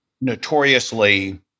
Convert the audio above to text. notoriously